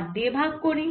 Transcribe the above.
R দিয়ে ভাগ করি